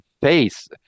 face